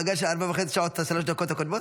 הכנסנו למעגל של ארבע וחצי השעות את שלוש הדקות הקודמות?